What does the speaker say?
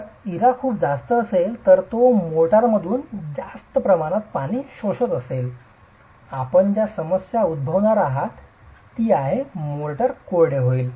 जर इरा खूप जास्त असेल तर तो मोर्टारमधून जास्त प्रमाणात पाणी शोषत असेल तर आपण ज्या समस्या उद्भवणार आहात ती आहे मोर्टार कोरडे होईल